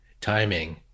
timing